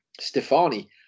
Stefani